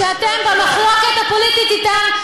כי מהי דמוקרטיה אם לא רצח אזרחים תמימים שאתם במחלוקת פוליטית אִתם,